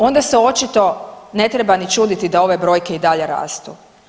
Onda se očito ne treba ni čuditi da ove brojke i dalje rastu.